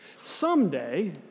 Someday